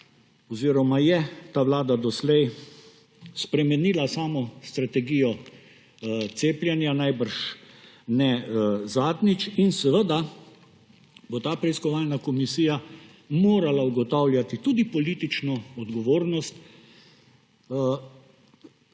oziroma je ta vlada doslej spremenila samo strategijo cepljenja, najbrž ne zadnjič, in seveda bo ta preiskovalna komisija morala ugotavljati tudi politično odgovornost